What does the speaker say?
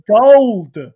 gold